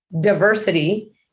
diversity